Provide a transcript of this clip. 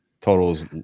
Totals